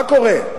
מה קורה?